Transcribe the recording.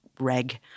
reg